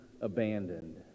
abandoned